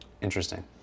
Interesting